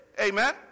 Amen